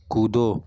कूदो